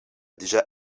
déjà